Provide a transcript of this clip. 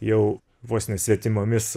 jau vos ne svetimomis